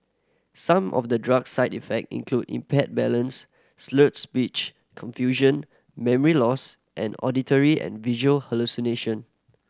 some of the drug side effect include impaired balance slurred speech confusion memory loss and auditory and visual hallucination